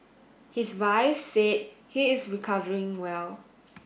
his wife said he is recovering well